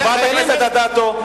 חברת הכנסת אדטו,